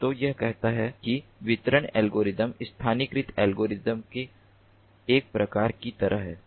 तो यह कहता है कि वितरित एल्गोरिथम स्थानीयकृत एल्गोरिथ्म के एक प्रकार की तरह है